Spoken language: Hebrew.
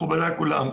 מכובדיי כולם,